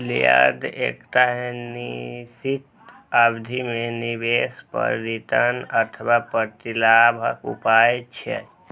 yield एकटा निश्चित अवधि मे निवेश पर रिटर्न अथवा प्रतिलाभक उपाय छियै